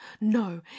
No